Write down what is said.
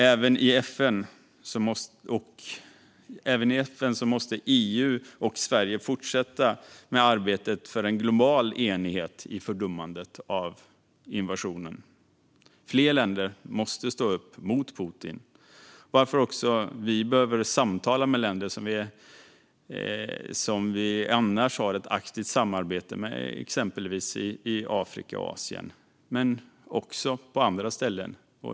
Även i FN måste EU och Sverige fortsätta med arbetet för en global enighet i fördömandet av invasionen. Fler länder måste stå upp mot Putin, varför vi också behöver samtala med länder som vi annars har ett aktivt samarbete med. Det gäller exempelvis länder i Afrika och Asien men också på andra ställen.